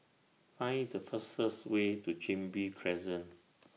Find The fastest Way to Chin Bee Crescent